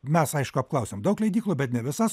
mes aišku apklausėm daug leidyklų bet ne visas